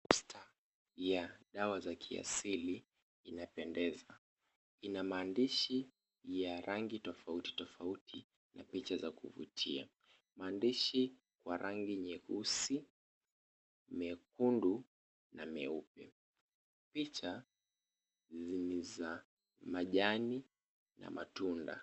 Posta ya dawa za kiasili, zinapendeza. Ina maandishi ya rangi tofauti tofauti napicha za kuvutia. Maandishi wa rangi nyeusi, mekundu na meupe. Picha ni za majani na matunda.